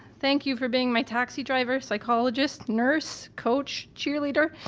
thank you for being my taxi driver, psychologist, nurse, coach, cheerleader,